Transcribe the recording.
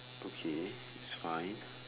okay it's fine